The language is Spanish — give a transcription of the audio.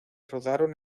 rodaron